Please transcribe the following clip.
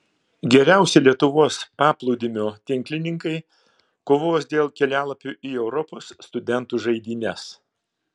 geriausi lietuvos paplūdimio tinklininkai kovos dėl kelialapių į europos studentų žaidynes